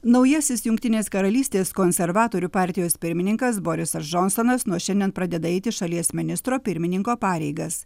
naujasis jungtinės karalystės konservatorių partijos pirmininkas borisas džonsonas nuo šiandien pradeda eiti šalies ministro pirmininko pareigas